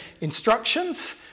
instructions